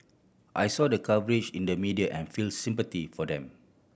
I saw the coverage in the media and felt sympathy for them